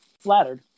flattered